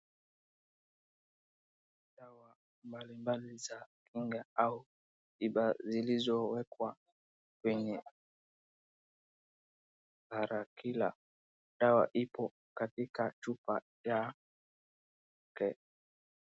Dawa mbalimbali za kinga au tiba zilizowekwa wenye arakila . Dawa ipo katika chupa ya.